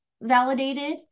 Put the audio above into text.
validated